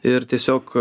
ir tiesiog